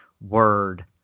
word –